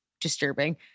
disturbing